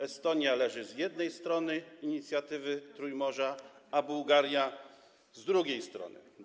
Estonia leży z jednej strony inicjatywy Trójmorza, a Bułgaria z drugiej strony.